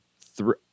three